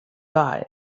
die